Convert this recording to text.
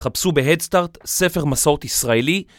חפשו בהדסטארט, ספר מסורת ישראלי